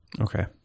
Okay